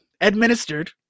administered